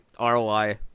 ROI